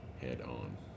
head-on